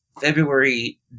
february